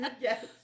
yes